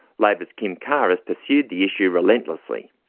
labor's kim carr has pursued the issue relentlessly.